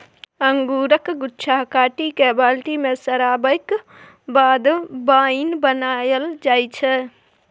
अंगुरक गुच्छा काटि कए बाल्टी मे सराबैक बाद बाइन बनाएल जाइ छै